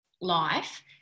life